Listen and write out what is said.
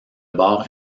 bord